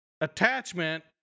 attachment